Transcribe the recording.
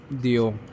deal